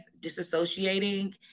disassociating